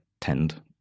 tend